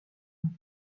ans